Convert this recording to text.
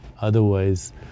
otherwise